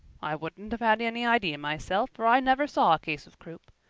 i wouldn't have had any idea myself, for i never saw a case of croup.